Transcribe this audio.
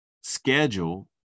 schedule